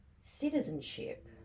citizenship